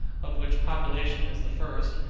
of which population is the first,